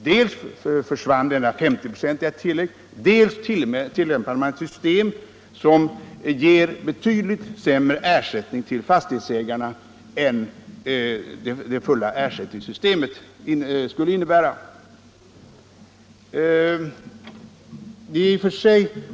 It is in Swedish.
Dels försvann alltså det 50-procentiga tillägget, dels infördes ett system som ger betydligt sämre ersättning till fastighetsägarna än systemet med full ersättning skulle innebära.